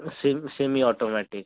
same semi automatic